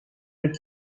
and